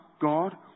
God